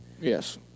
Yes